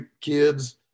kids